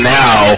now